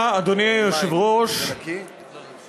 אדוני היושב-ראש, תודה לך,